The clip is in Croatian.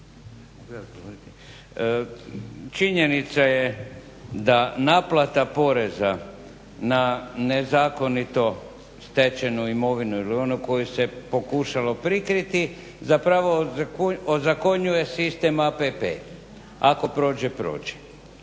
Činjenica je da naplata poreza na nezakonito stečenu imovinu ili onu koju se pokušalo prikriti zapravo ozakonjuje sistem APP – ako prođe, prođe.